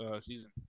season